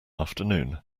afternoon